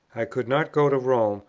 i could not go to rome,